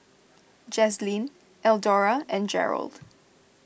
Jazlene Eldora and Jerold